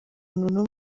umuntu